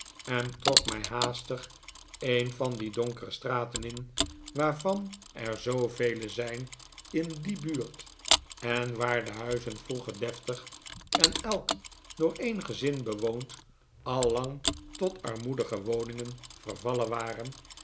en trok mij haastig een van die donkere straten in waarvan er zoovele zijn in die buurt en waar de huizen vroeger deftig en elk door een gezin bewoond al lang tot rmoedige woningen vervallen waren